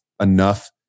enough